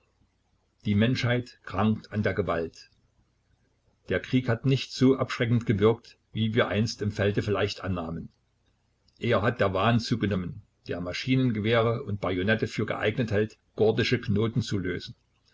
die menschheit krankt an der gewalt der krieg hat nicht so abschreckend gewirkt wie wir einst im felde vielleicht annahmen eher hat der wahn zugenommen der maschinengewehre und bajonette für geeignet hält gordische knoten zu lösen